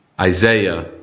Isaiah